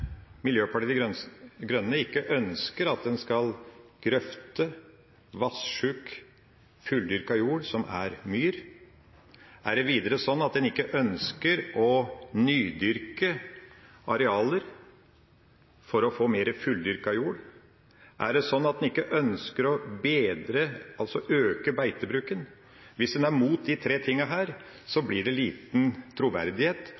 Miljøpartiet De Grønne ikke ønsker at en skal grøfte vassjuk fulldyrket jord som er myr? Er det videre slik at en ikke ønsker å nydyrke arealer for å få mer fulldyrket jord? Er det slik at en ikke ønsker å bedre, altså øke, beitebruken? Hvis en er imot de tre tingene, blir det liten troverdighet